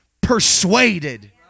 persuaded